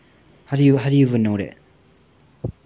how do you how do you even know that